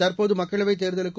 தற்போது மக்களவைத் தேர்தலுக்கும்